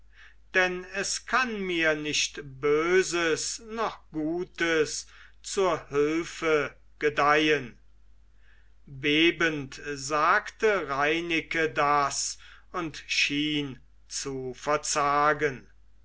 denn es kann mir nicht böses noch gutes zur hilfe gedeihen bebend sagte reineke das und schien zu verzagen